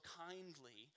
kindly